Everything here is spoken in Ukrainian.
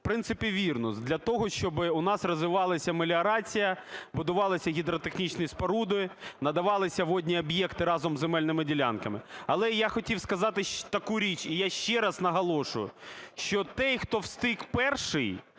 в принципі, вірно. Для того, щоб у нас розвивалась меліорація, будувалися гідротехнічні споруди, надавалися водні об'єкти разом із земельними ділянками. Але я хотів сказати таку річ, і я ще раз наголошую, що той, хто встиг перший,